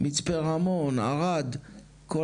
מצפה רמון, ערד כל